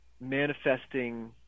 manifesting